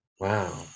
Wow